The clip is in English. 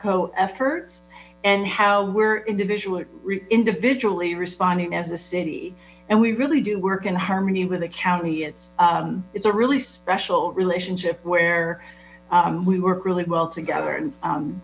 jeffco efforts and how we're individually individually responding as a city and we really do work in harmony with the county it's a really special relationship where we work really well together and